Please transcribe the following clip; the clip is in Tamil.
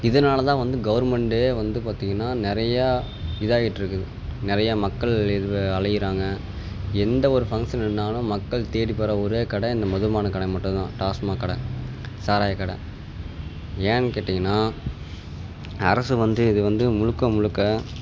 இதனால் தான் வந்து கவர்மெண்ட்டே வந்து பார்த்தீங்கன்னா நிறையா இதாயிட்டுருக்குது நிறையா மக்கள் இது அலையிறாங்க எந்த ஒரு ஃபங்க்ஷன்னாலும் மக்கள் தேடிப் போகற ஒரே கடை இந்த மதுபானக் கடை மட்டும் தான் டாஸ்மாக் கடை சாராயக் கடை ஏன்னு கேட்டீங்கன்னா அரசு வந்து இது வந்து முழுக்க முழுக்க